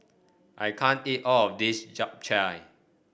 I can't eat all of this Japchae